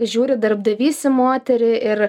žiūri darbdavys į moterį ir